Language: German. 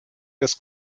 des